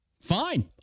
Fine